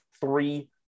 three